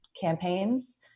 campaigns